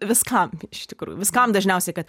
viskam iš tikrųjų viskam dažniausiai kad